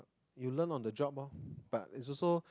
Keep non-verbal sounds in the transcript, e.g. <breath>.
you learn on the job lor <breath> but it's also